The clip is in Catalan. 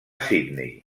sydney